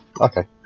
okay